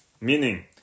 meaning